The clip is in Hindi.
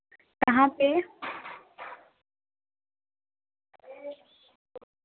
कहाँ पर